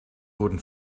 wurden